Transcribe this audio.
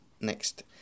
next